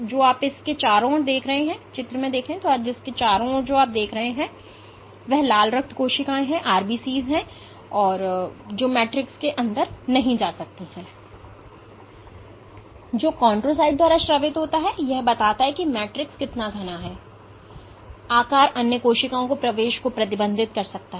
जो आप इसके चारों ओर देखते हैं वह लाल रक्त कोशिकाएं हैं जो मैट्रिक्स के अंदर नहीं जा सकती हैं जो कौनड्रोसाइट द्वारा स्रावित होता है यह बताता है कि मैट्रिक्स इतना घना है कि ताकना आकार अन्य कोशिकाओं के प्रवेश को प्रतिबंधित कर सकता है